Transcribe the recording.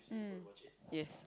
mm yes